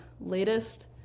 latest